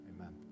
Amen